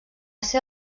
ser